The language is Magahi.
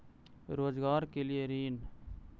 रोजगार के लिए ऋण?